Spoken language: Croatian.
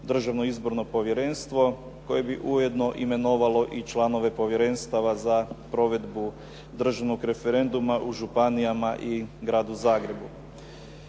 Državno izborno povjerenstvo koje bi ujedno imenovalo i članove povjerenstava za provedbu državnog referenduma u županijama i Gradu Zagrebu.